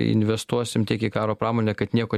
investuosim tiek į karo pramonę kad nieko